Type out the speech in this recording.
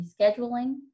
rescheduling